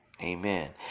Amen